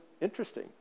interesting